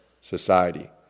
society